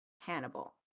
Hannibal